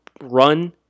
run